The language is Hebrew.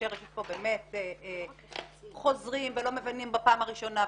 כאשר חוזרים ולא מבינים בפעם הראשונה,